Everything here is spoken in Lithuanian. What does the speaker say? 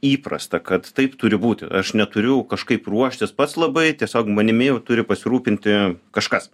įprasta kad taip turi būti aš neturiu kažkaip ruoštis pats labai tiesiog manimi jau turi pasirūpinti kažkas